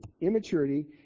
immaturity